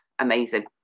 amazing